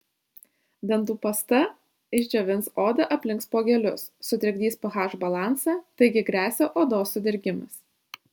dantų pasta išdžiovins odą aplink spuogelius sutrikdys ph balansą taigi gresia odos sudirgimas